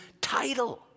title